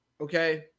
Okay